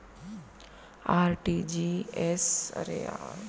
RTGS form कइसे भरे जाथे?